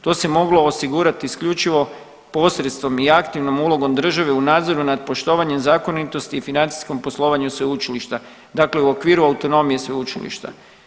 To se moglo osigurati isključivo posredstvom i aktivnom ulogom države u nadzoru nad poštovanjem zakonitosti i financijskom poslovanju sveučilišta, dakle u okviru autonomije sveučilišta.